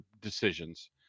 decisions